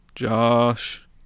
Josh